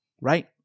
right